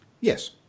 Yes